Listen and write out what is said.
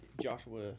Joshua